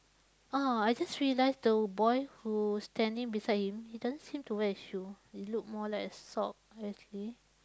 ah I just realise the boy who standing beside him he doesn't seem to wear his shoe he look more like sock actually